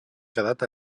quedat